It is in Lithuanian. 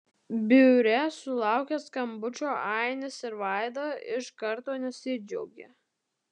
biure sulaukę skambučio ainis ir vaida iš karto nesidžiaugia